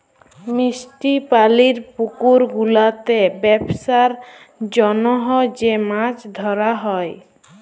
মিষ্টি পালির পুকুর গুলাতে বেপসার জনহ যে মাছ ধরা হ্যয়